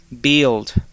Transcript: build